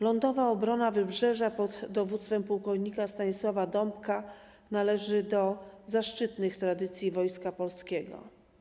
Lądowa Obrona Wybrzeża pod dowództwem płk. Stanisława Dąbka należy do zaszczytnych tradycji Wojska Polskiego.